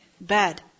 Bad